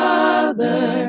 Father